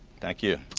thank you.